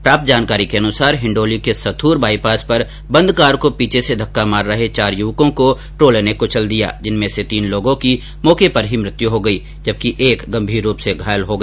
प्राप्त जानकारी के अनुसार हिन्डोली के सथूर बाईपास पर बंद कार को पीछे से धक्का मार रहे चार युवकों को ट्रोले ने कुचल दिया जिनमें से तीन लोगों की मौके पर ही मृत्यु हो गई जबकि एक गंभीर रूप से घोयल हो गया